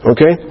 Okay